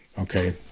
okay